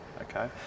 okay